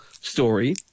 story